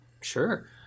Sure